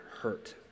hurt